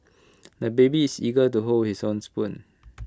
the baby is eager to hold his own spoon